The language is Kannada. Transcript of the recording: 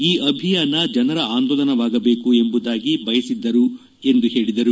ಈ ಅಭಿಯಾನ ಜನರ ಆಂದೋಲನವಾಗಬೇಕು ಎಂಬುದಾಗಿ ಬಯಸಿದ್ದರು ಎಂದು ಹೇಳಿದರು